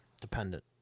dependent